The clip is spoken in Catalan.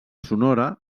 sonora